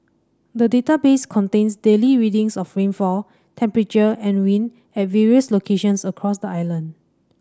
the database contains daily readings of rainfall temperature and wind at various locations across the island